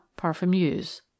Parfumuse